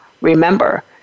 remember